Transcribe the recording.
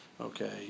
Okay